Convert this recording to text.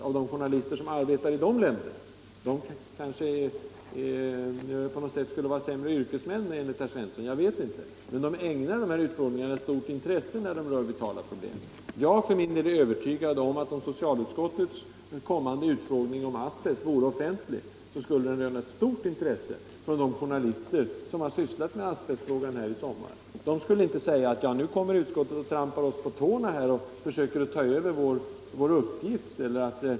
Skulle de journalister som arbetar i dessa länder kanske vara sämre yrkesmän enligt herr Svensson? Jag vet inte. Men journalisterna ägnar dessa utfrågningar ett stort intresse när de rör vitala problem. Jag är övertygad om att om socialutskottets kommande ufrågning om asbest vore offentlig, skulle den röna stort intresse bland de journalister som har sysslat med asbetsfrågan i sommar. De skulle inte säga att utskottet nu kommer att trampa dem på tårna och försöka ta över deras uppgift.